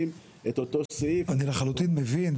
אני לחלוטין מבין,